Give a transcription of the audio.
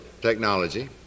technology